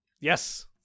Yes